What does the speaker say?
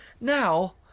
now